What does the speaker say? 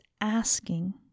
asking